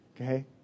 Okay